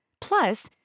Plus